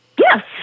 Yes